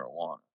marijuana